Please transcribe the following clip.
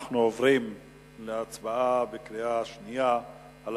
אנחנו עוברים להצבעה בקריאה שנייה על